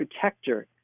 protector